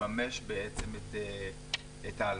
לממש בעצם את ההלוואות.